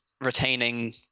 retaining